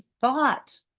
thought